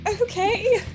Okay